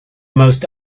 most